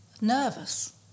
nervous